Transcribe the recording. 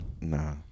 Nah